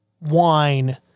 wine